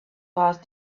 past